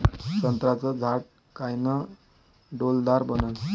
संत्र्याचं झाड कायनं डौलदार बनन?